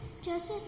Joseph